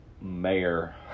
mayor